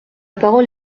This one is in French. parole